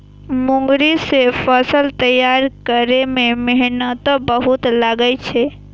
मूंगरी सं फसल तैयार करै मे मेहनतो बहुत लागै छै